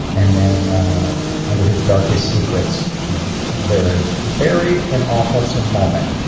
and then under his darkest secrets, there is buried an awefulsome moment.